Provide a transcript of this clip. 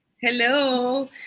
Hello